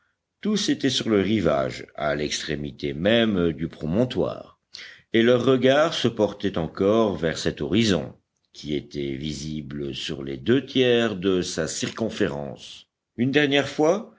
tous étaient sur le rivage à l'extrémité même du promontoire et leurs regards se portaient encore vers cet horizon qui était visible sur les deux tiers de sa circonférence une dernière fois